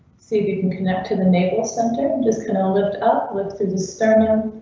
see if you can connect to the naval center, just cannot lift up lift through the sternum.